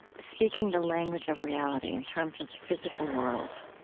speaking the language of reality in terms of the physical world.